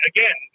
Again